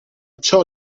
ciò